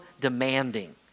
demanding